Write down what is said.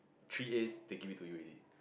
three A's they give it to you already